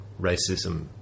racism